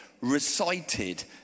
recited